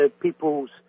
people's